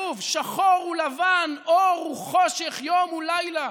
שוב: שחור הוא לבן, אור הוא חושך, יום הוא לילה.